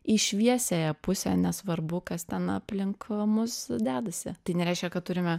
į šviesiąją pusę nesvarbu kas ten aplink mus dedasi tai nereiškia kad turime